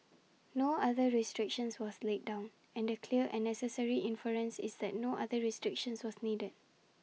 no other restriction was laid down and the clear and necessary inference is that no other restriction was needed